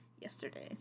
yesterday